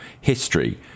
history